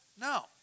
No